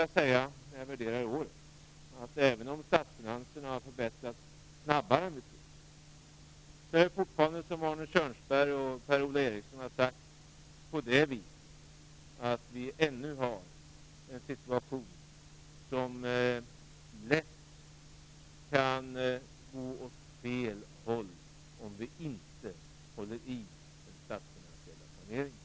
Jag vill dock när jag värderar året säga att även om statsfinanserna har förbättrats snabbare än vi trott, är det fortfarande så, som Arne Kjörnsberg och Per Ola Eriksson har sagt, att vi har en situation som lätt kan gå åt fel håll, om vi inte håller i den statsfinansiella saneringen.